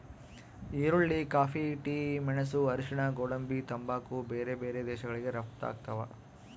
ಈರುಳ್ಳಿ coffee tea ಮೆಣಸು ಅರಿಶಿಣ ಗೋಡಂಬಿ ತಂಬಾಕು ಬೇರೆ ಬೇರೆ ದೇಶಗಳಿಗೆ ರಪ್ತಾಗ್ತಾವ